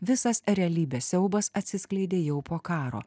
visas realybės siaubas atsiskleidė jau po karo